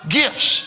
gifts